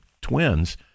twins